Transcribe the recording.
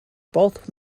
both